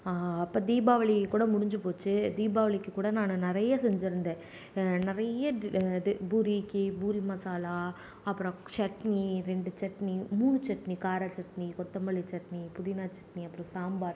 அப்போ தீபாவளி கூட முடிஞ்சு போச்சு தீபாவளிக்கு கூட நான் நிறையா செஞ்சிருந்தேன் நிறைய இது பூரிக்கு பூரி மசாலா அப்புறோம் சட்னி ரெண்டு சட்னி மூணு சட்னி கார சட்னி கொத்தமல்லி சட்னி புதினா சட்னி அப்புறோம் சாம்பார்